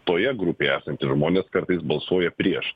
toje grupėje esantys žmonės kartais balsuoja prieš